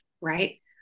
right